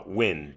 win